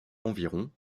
environ